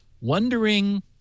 wondering